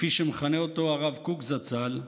כפי שמכנה אותו הרב קוק זצ"ל,